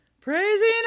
praising